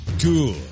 cool